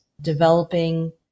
developing